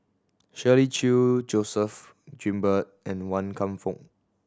Shirley Chew Joseph Grimberg and Wan Kam Fook